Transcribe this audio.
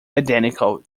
identical